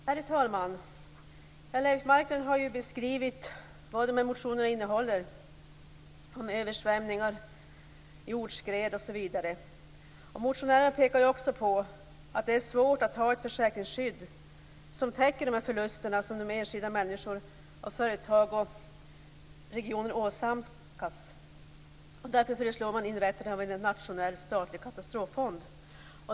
Herr talman! Leif Marklund har ju beskrivit vad motionerna innehåller, dvs. översvämningar, jordskred osv. Motionärerna pekar på att det är svårt att ha ett försäkringsskydd som täcker de förluster som enskilda människor, företag och regioner åsamkas. Därför föreslår man inrättandet av en nationell statlig katastroffond.